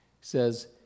says